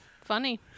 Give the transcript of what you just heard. Funny